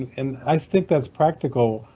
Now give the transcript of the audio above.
and i think that's practical.